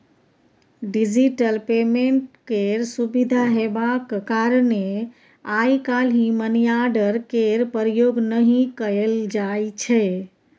digital payment केर सुविधा हेबाक कारणेँ आइ काल्हि मनीआर्डर केर प्रयोग नहि कयल जाइ छै